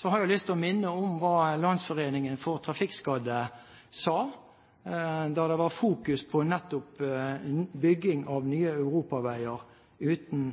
har jeg lyst til å minne om hva Landsforeningen for trafikkskadde sa da det var fokus på nettopp bygging av nye europaveier uten